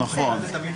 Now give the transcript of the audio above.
נכון.